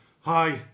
hi